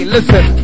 Listen